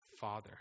Father